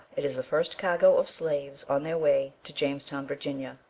it is the first cargo of slaves on their way to jamestown, virginia.